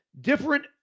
Different